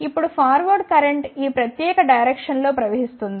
ఇప్పుడు forward current ఈ ప్రత్యేక డెైరెక్షన్ లో ప్రవహిస్తుంది